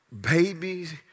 babies